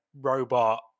robot